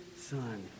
Son